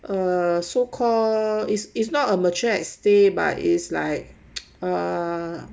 uh so called is is not a mature estate but is like uh